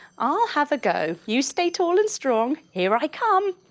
i'll have a go you stay tall and strong here i come.